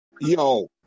Yo